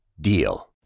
DEAL